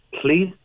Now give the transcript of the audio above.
please